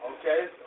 Okay